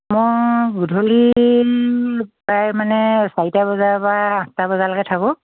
মই গধূলি প্ৰায় মানে চাৰিটা বজাৰ পৰা আঠটা বজালৈকে থাকোঁ